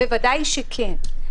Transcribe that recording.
בוודאי שכן,